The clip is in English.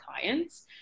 clients